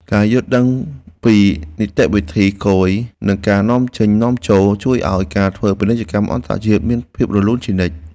ការយល់ដឹងពីនីតិវិធីគយនិងការនាំចេញនាំចូល ជួយឱ្យការធ្វើពាណិជ្ជកម្មអន្តរជាតិមានភាពរលូនជានិច្ច។